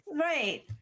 right